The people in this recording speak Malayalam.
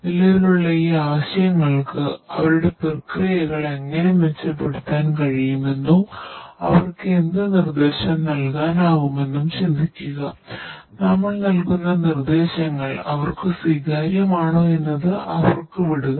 നിലവിലുള്ള ഈ ആശയങ്ങൾക്ക് അവയുടെ പ്രക്രിയകൾ എങ്ങനെ മെച്ചപ്പെടുത്താൻ കഴിയുമെന്നും അവർക്ക് എന്ത് നിർദ്ദേശം നല്കാനാകുമെന്നും ചിന്തിക്കുക നമ്മൾ നൽകുന്ന നിർദ്ദേശങ്ങൾ അവർക്കു സ്വീകാര്യമാണോ എന്നത് അവർക്ക് വിടുക